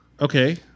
Okay